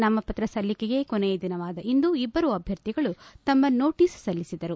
ನಾಮಪತ್ರ ಸಲ್ಲಿಕೆಗೆ ಕೊನೆಯ ದಿನವಾದ ಇಂದು ಇಬ್ಬರು ಅಭ್ಯರ್ಥಿಗಳು ತಮ್ಮ ನೋಟಿಸ್ ಸಲ್ಲಿಸಿದರು